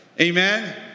Amen